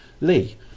Lee